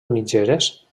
mitgeres